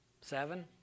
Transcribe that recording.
Seven